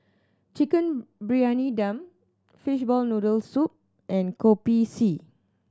Chicken Briyani Dum fishball noodle soup and Kopi C